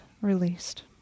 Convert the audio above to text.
released